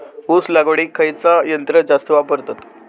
ऊस लावडीक खयचा यंत्र जास्त वापरतत?